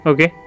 Okay